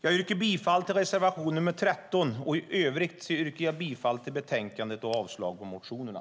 Jag yrkar bifall till reservation 13, och i övrigt yrkar jag bifall till utskottets förslag och avslag på motionerna.